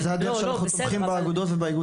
זוהי הדרך שבה אנחנו תומכים באגודות ובאיגודים.